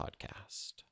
podcast